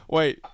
Wait